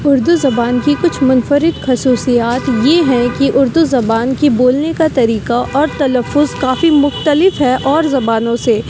اردو زبان کی کچھ منفرد خصوصیات یہ ہیں کہ اردو زبان کی بولنے کا طریقہ اور تلفظ کافی مختلف ہے اور زبانوں سے